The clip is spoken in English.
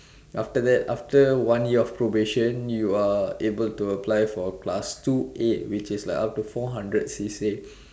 after that after one year of probation you are able to apply for class two A which is like up to four hundred C_C